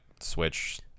Switch